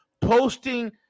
posting